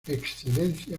excelencia